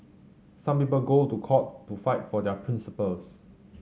some people go to court to fight for their principles